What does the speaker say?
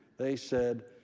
they said,